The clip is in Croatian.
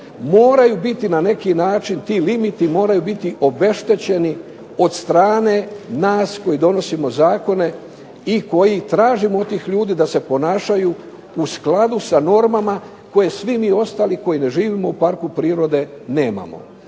moraju biti na neki način ti limiti moraju biti obeštećeni od strane nas koji donosimo zakone i koji tražimo od tih ljudi da se ponašaju u skladu sa normama koje svi mi ostali koji ne živimo u parku prirode nemamo.